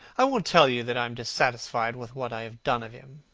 i won't tell you that i am dissatisfied with what i have done of him,